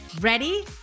Ready